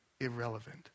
irrelevant